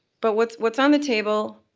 but what's what's on the table,